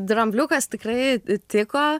drambliukas tikrai tiko